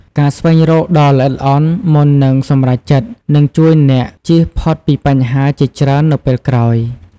ការស្វែងរកដ៏ល្អិតល្អន់មុននឹងសម្រេចចិត្ត នឹងជួយអ្នកជៀសផុតពីបញ្ហាជាច្រើននៅពេលក្រោយ។